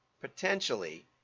potentially